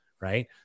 right